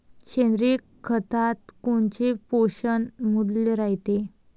सेंद्रिय खतात कोनचे पोषनमूल्य रायते?